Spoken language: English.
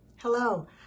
Hello